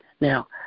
Now